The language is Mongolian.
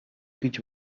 гэж